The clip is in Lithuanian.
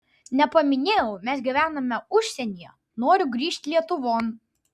nepaminėjau mes gyvename užsienyje noriu grįžt lietuvon